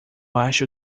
acho